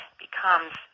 becomes